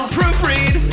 Proofread